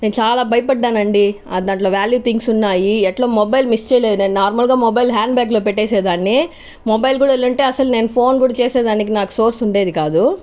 నేను చాలా భయపడ్డాను అండి దాంట్లో చాలా వ్యాల్యూ థింగ్స్ ఉన్నాయి ఎట్ల మొబైల్ మిస్ చేయలేదు నేను నార్మల్ గా మొబైల్ హ్యాండ్ బ్యాగ్ లో పెట్టేసేదాన్ని మొబైల్ గూడా ఎళ్ళింటే అస్సల్ నేను ఫోన్ కూడా చేసేదానికి నాకు సోర్స్ ఉండేది కాదు